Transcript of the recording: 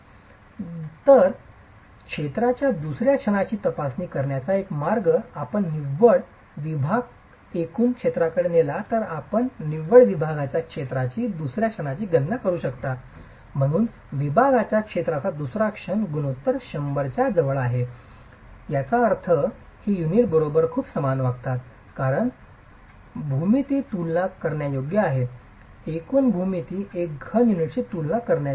तर जर क्षेत्राच्या दुसर्या क्षणाची तपासणी करण्याचा एक मार्ग आणि आपण निव्वळ विभाग एकूण क्षेत्राकडे नेला तर आपण निव्वळ विभागाच्या क्षेत्राच्या दुसर्या क्षणाची गणना करू शकता एकूण विभागाच्या क्षेत्राचा दुसरा क्षण गुणोत्तर 100 च्या जवळ आहे याचा अर्थ ही युनिट खरोखर खूप समान वागतात कारण भूमिती तुलना करण्यायोग्य आहे एकूण भूमिती एक घन युनिटशी तुलना करण्यायोग्य आहे